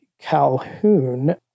Calhoun